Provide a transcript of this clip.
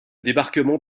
débarquement